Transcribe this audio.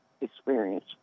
experience